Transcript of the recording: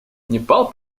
непал